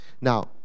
Now